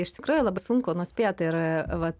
iš tikrųjų labai sunku nuspėt tai yra vat